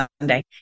Sunday